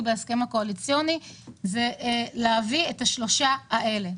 בהסכם הקואליציוני זה להביא את השלישה האלה.